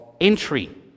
entry